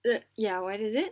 ya what is it